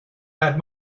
had